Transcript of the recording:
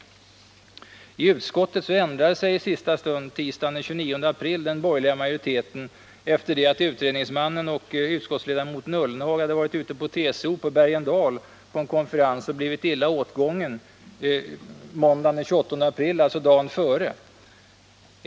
I utskottet ändrade sig i sista stund, tisdagen den 29 april, den borgerliga majoriteten efter det att utredningsmannen och utskottsledamoten Jörgen Ullenhag varit ute hos TCO på Bergendal på en konferens och blivit illa åtgången, måndagen den 28 april, alltså dagen före.